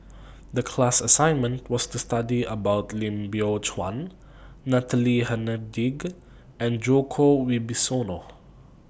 The class assignment was to study about Lim Biow Chuan Natalie Hennedige and Djoko Wibisono